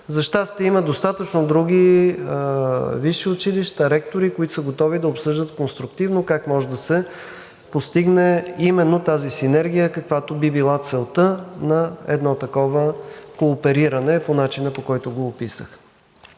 За щастие, има достатъчно други висши училища, ректори, които са готови да обсъждат конструктивно как може да се постигне именно тази синергия, каквато би била целта на едно такова коопериране, по начина, по който го описах.